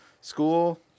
School